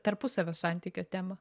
tarpusavio santykio temą